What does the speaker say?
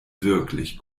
wirklich